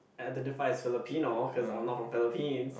I~ identified as Philipino cause I'm not from Philipines